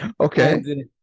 Okay